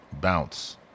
Bounce